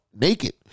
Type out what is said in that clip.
naked